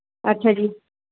ਅੱਛਾ ਜੀ